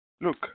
look